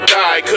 die